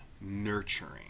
nurturing